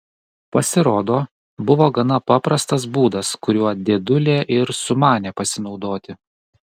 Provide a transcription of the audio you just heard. pasirodo buvo gana paprastas būdas kuriuo dėdulė ir sumanė pasinaudoti